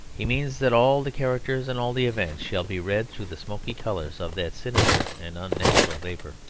he means that all the characters and all the events shall be read through the smoky colours of that sinister and unnatural vapour.